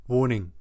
Warning